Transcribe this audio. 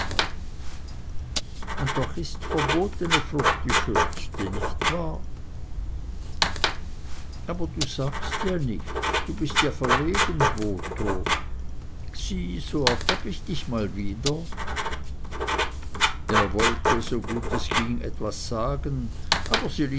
und doch ist verbotene frucht die schönste nicht wahr aber du sagst ja nichts du bist ja verlegen botho sieh so ertapp ich dich mal wieder er wollte so gut es ging etwas sagen aber sie